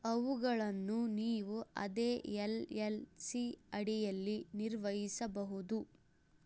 ಅವುಗಳನ್ನು ನೀವು ಅದೇ ಎಲ್ ಎಲ್ ಸಿ ಅಡಿಯಲ್ಲಿ ನಿರ್ವಹಿಸಬಹುದು